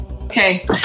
Okay